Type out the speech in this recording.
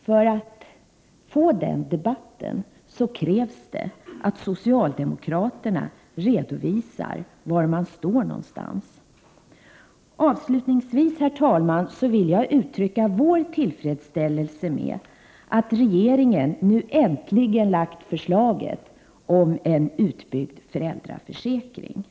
För att få den debatten krävs att socialdemokraterna redovisar var de står någonstans. Avslutningsvis, herr talman, vill jag uttrycka vår tillfredsställelse med att regeringen nu äntligen lagt fram förslaget om en utbyggd föräldraförsäkring. Prot.